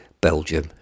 Belgium